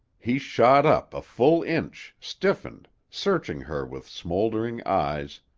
he shot up a full inch, stiffened, searched her with smouldering eyes,